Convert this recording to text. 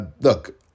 look